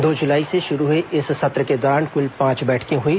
दो जुलाई से शुरू हुए इस सत्र के दौरान कूल पांच बैठके हुई